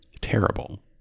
Terrible